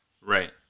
Right